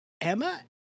emma